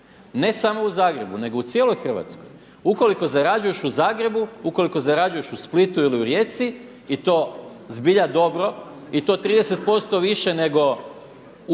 ne samo u Zagrebu, nego u cijeloj Hrvatskoj. Ukoliko zarađuješ u Zagrebu, ukoliko zarađuješ u Splitu ili u Rijeci i to zbilja dobro i to 30% više nego u EU u